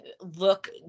look